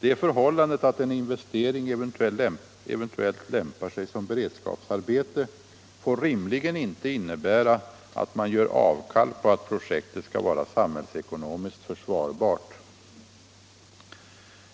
Det förhållandet att en investering eventuellt lämpar sig som beredskapsarbete får rimligen inte innebära att man gör avkall på att projektet skall vara samhällsekonomiskt försvarbart.